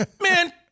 Man